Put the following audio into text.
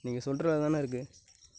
நீங்கள் சொல்றதில்தாண்ணே இருக்குது